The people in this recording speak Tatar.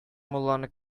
мулланы